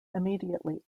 immediately